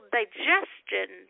digestion